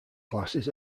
classes